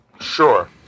Sure